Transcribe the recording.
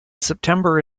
september